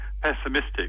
pessimistic